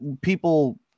people